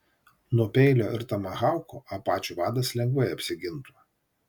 nuo peilio ir tomahauko apačių vadas lengvai apsigintų